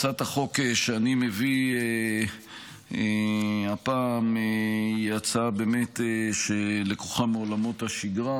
הצעת החוק שאני מביא הפעם היא הצעה שלקוחה מעולמות השגרה,